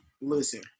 listen